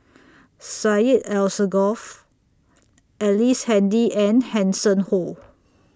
Syed Alsagoff Ellice Handy and Hanson Ho